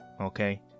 okay